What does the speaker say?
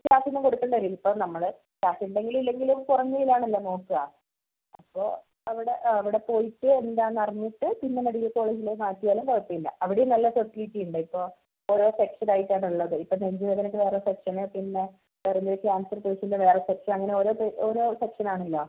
കാശൊന്നും കൊടുക്കേണ്ടി വരില്ല ഇപ്പോൾ നമ്മൾ കാശുണ്ടെങ്കിലും ഇല്ലെങ്കിലും കുറഞ്ഞ ഇതാണല്ലോ നോക്കുക അപ്പോൾ അവിടെ അവിടെ പോയിട്ട് എന്താണെന്നറിഞ്ഞിട്ട് പിന്നെ മെഡിക്കൽ കോളേജിൽ ആക്കിയാലും കുഴപ്പമില്ല അവിടെ നല്ല ഫെസിലിറ്റി ഉണ്ട് ഇപ്പോൾ ഓരോ സെക്ഷൻ ആയിട്ടാണ് ഉള്ളത് ഇപ്പോൾ നെഞ്ച് വേദനക്ക് വേറെ സെക്ഷൻ പിന്നെ കാൻസർ പേഷ്യന്റ് വേറെ സെക്ഷൻ അങ്ങനെ ഓരോ ഓരോ സെക്ഷൻ ആണല്ലോ